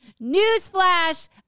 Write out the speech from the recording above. Newsflash